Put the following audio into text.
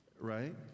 right